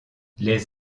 les